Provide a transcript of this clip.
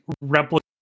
replicate